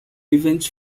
events